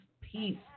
peace